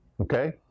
Okay